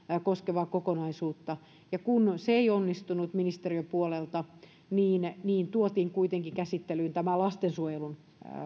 koskevaa kokonaisuutta ja kun se ei onnistunut ministeriön puolelta niin tuotiin kuitenkin käsittelyyn tämä lastensuojelun